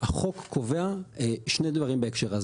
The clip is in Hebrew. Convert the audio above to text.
החוק קובע שני דברים בהקשר הזה.